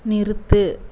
நிறுத்து